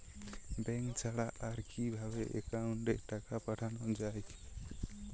Bank ছাড়া আর কিভাবে একাউন্টে টাকা পাঠানো য়ায়?